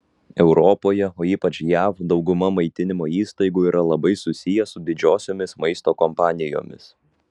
europoje o ypač jav dauguma maitinimo įstaigų yra labai susiję su didžiosiomis maisto kompanijomis